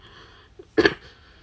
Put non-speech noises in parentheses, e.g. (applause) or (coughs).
(coughs)